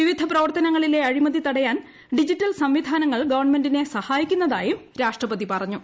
വിവിധ പ്രവർത്തനങ്ങളിലെ ആഴിമതി തടയാൻ ഡിജിറ്റൽ സംവിധാനങ്ങൾ ഗവൺമെന്റിനെ സഹ്യായിക്കുന്നതായും രാഷ്ട്രപതി പറഞ്ഞു